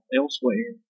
elsewhere